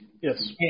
Yes